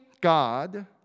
God